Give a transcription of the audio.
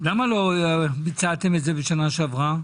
למה לא ביצעתם את זה בשנה שעברה,